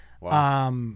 Wow